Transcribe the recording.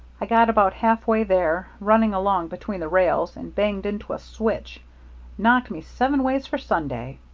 i got about halfway there running along between the rails and banged into a switch knocked me seven ways for sunday.